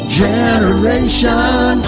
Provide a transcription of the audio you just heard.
generation